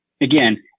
Again